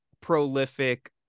prolific